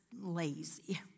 lazy